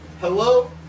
hello